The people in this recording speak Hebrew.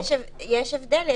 יש הבדל.